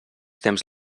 temps